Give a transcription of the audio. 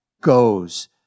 goes